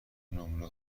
نمره